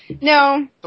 No